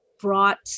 brought